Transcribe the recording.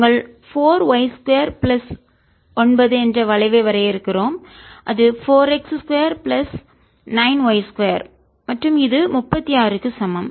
நாங்கள் 4 y 2 plus 9 என்ற வளைவை வரையறுக்கிறோம் இது 4 x 2 பிளஸ் 9 y 2 மற்றும் இது 36 க்கு சமம்